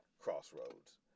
Crossroads